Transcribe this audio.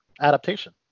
adaptation